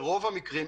ברוב המקרים,